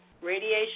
radiation